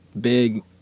Big